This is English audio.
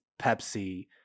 Pepsi